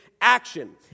action